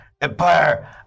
Empire